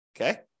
Okay